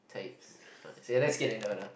types just kidding no no